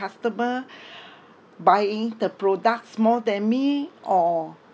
customer buying the products more than me or